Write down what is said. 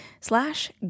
slash